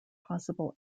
possible